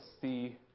see